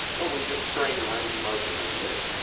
well we just train the range of motion thats there,